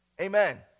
Amen